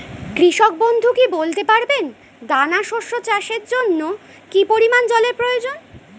কৃষক বন্ধু কি বলতে পারবেন দানা শস্য চাষের জন্য কি পরিমান জলের প্রয়োজন?